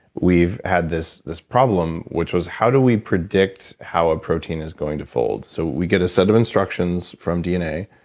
we've had this problem, problem, which was how do we predict how a protein is going to fold. so, we get a set of instructions from dna,